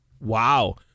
Wow